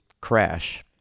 crash